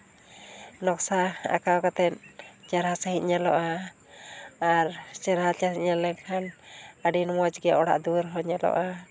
ᱱᱚᱠᱥᱟ ᱟᱸᱠᱟᱣ ᱠᱟᱛᱮᱫ ᱪᱮᱨᱦᱟ ᱥᱟᱺᱦᱤᱡ ᱧᱮᱞᱚᱜᱼᱟ ᱟᱨ ᱪᱮᱨᱦᱟ ᱥᱟᱺᱦᱤᱡ ᱧᱮᱞ ᱞᱮᱱᱠᱷᱟᱱ ᱟᱹᱰᱤ ᱢᱚᱡᱽ ᱜᱮ ᱚᱲᱟᱜ ᱫᱩᱣᱟᱹᱨ ᱦᱚᱸ ᱧᱮᱞᱚᱜᱼᱟ